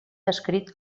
descrit